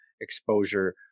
exposure